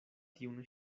tiun